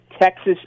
Texas